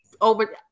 over